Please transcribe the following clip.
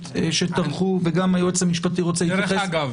שטרחו וגם היועץ המשפטי רוצה להתייחס.